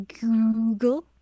Google